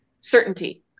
certainty